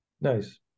Nice